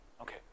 Okay